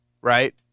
right